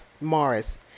Morris